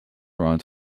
around